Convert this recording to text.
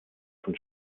von